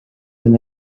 been